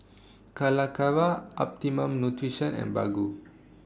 Calacara Optimum Nutrition and Baggu